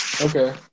Okay